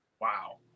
Wow